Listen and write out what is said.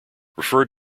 referred